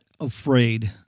afraid